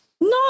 No